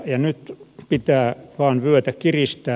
nyt pitää vain vyötä kiristää